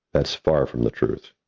that's far from the truth.